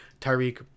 Tyreek